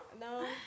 no